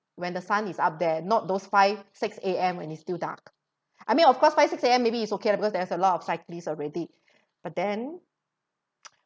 when the sun is up there not those five six A_M when it's still dark I mean of course five six A_M maybe it's okay lah because there's a lot of cyclist already but then